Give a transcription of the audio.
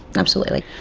absolutely.